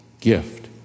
gift